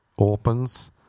Opens